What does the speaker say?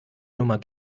nummer